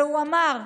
והוא אמר: